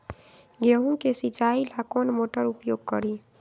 गेंहू के सिंचाई ला कौन मोटर उपयोग करी?